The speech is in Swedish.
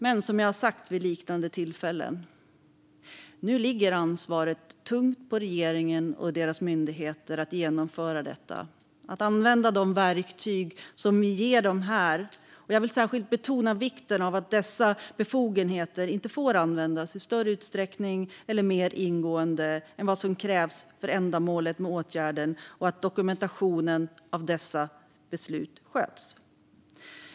Men som jag har sagt vid liknande tillfällen ligger ansvaret nu tungt på regeringen och dess myndigheter att genomföra detta - att använda de verktyg vi ger dem här. Jag vill särskilt betona vikten av att dessa befogenheter inte får användas i större utsträckning eller mer ingående än vad som krävs för ändamålet med åtgärden samt vikten av att dokumentationen av dessa beslut sköts.